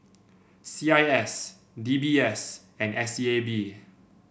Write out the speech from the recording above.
C I S D B S and S E A B